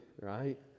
right